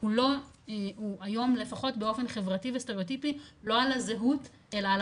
הוא היום לפחות באופן חברתי וסטריאוטיפי לא על הזהות אלא על